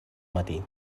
matí